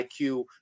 IQ